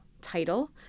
title